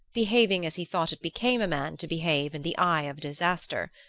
behaving as he thought it became a man to behave in the eye of disaster.